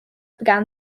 began